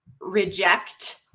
reject